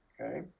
Okay